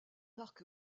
arc